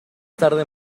tarde